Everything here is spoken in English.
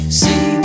see